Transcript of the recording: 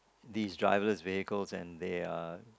these driverless vehicles and they are